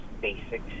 basic